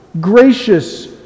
gracious